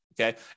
okay